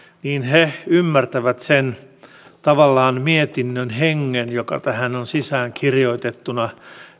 niin he ymmärtävät sen mietinnön hengen joka tähän on sisäänkirjoitettuna